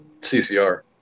CCR